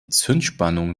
zündspannung